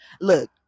Look